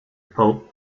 pope